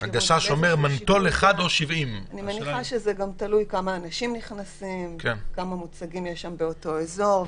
אני מניחה שזה תלוי גם כמה אנשים נכנסים וכמה מוצגים יש באותו אזור.